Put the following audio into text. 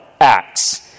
acts